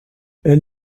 elle